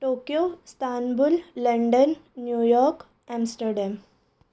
Tokyo Istanbul London New York Amsterdam